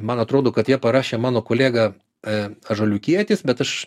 man atrodo kad ją parašė mano kolega a ąžuoliukietis bet aš